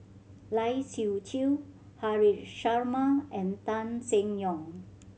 Lai Siu Chiu Haresh Sharma and Tan Seng Yong